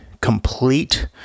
complete